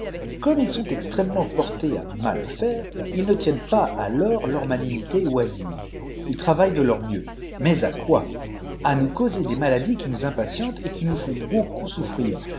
gomme ils sont extrêmement portés à mal faire ils ne tiennent pas alors leur malignité oisive ils travaillent de leur mieux mais à quoi à nous causer des maladies qui nous impatientent et qui nous font beaucoup souffrir